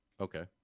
Okay